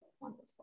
wonderful